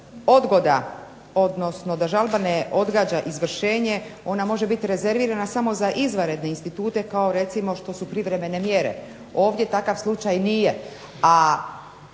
Odgoda, odnosno da žalba ne odgađa izvršenje, ona može biti rezervirana samo za izvanredne institute kao recimo što su privremene mjere. Ovdje takav slučaj nije.